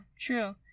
true